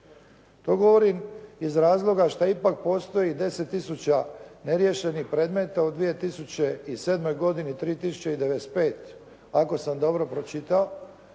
To govorim iz razloga šta ipak postoji 10 tisuća neriješenih predmeta u 2007. godini 3095 ako sam dobro pročitao